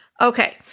Okay